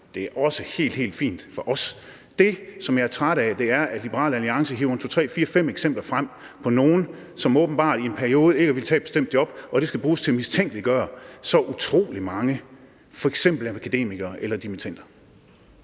er det også helt, helt fint for os. Det, som jeg er træt af, er, at Liberal Alliance hiver en, to, tre, fire, fem eksempler frem på nogle, som åbenbart i en periode ikke har villet tage et bestemt job, og at det skal bruges til at mistænkeliggøre så utrolig mange, f.eks. akademikere eller dimittender.